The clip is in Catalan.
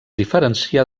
diferencia